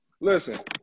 Listen